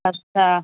अच्छा